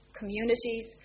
communities